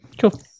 cool